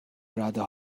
رده